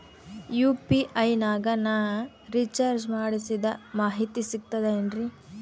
UPI ನಾಗ ನಾ recharge ಮಾಡಿಸಿದ ಮಾಹಿತಿ ಸಿಕ್ತದೆ ಏನ್ರಿ?